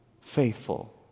Faithful